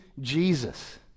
Jesus